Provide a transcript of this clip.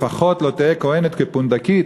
לפחות לא תהיה כוהנת כפונדקית.